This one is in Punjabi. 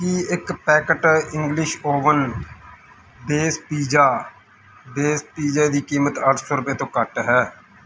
ਕੀ ਇੱਕ packet English oven base pizza base pizza ਦੀ ਕੀਮਤ ਅੱਠ ਸੌ ਰੁਪਏ ਤੋਂ ਘੱਟ ਹੈ